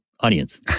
audience